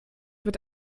wird